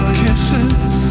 kisses